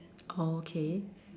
okay